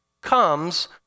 comes